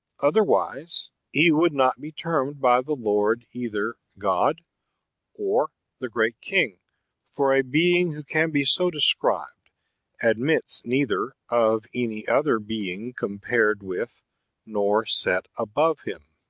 otherwise he would not be termed by the lord either god or the great king for a being who can be so described admits neither of any other being com pared with nor set above him.